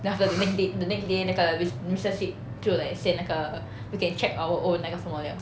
then after the next day the next day 那个 m~ mister sid 就 like send 那个 we can check our own 那个什么来的